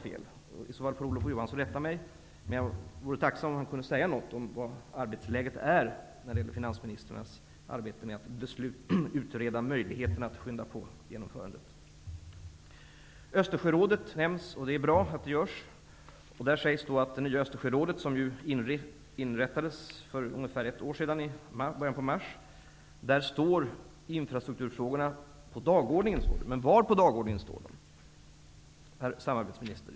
I så fall får Olof Johansson rätta mig. Men jag vore tacksam om han kunde säga något om arbetsläget när det gäller finansministrarnas arbete med att utreda möjligheterna att skynda på genomförandet. Östersjörådet nämns. Det är bra. Där sägs att i det nya Östersjörådet, som inrättades för ungefär ett år sedan, i början av mars, står infrastrukturfrågorna på dagordningen. Men var på dagordnignen står de, herr samarbetsminister?